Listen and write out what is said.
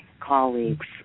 colleagues